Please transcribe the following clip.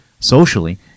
Socially